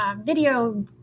video